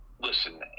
Listen